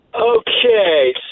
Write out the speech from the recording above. Okay